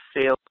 sales